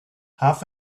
half